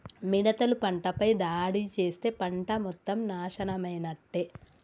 మిడతలు పంటపై దాడి చేస్తే పంట మొత్తం నాశనమైనట్టే